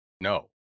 no